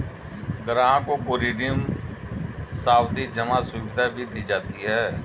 ग्राहकों को रिडीम सावधी जमा सुविधा भी दी जाती है